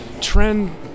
trend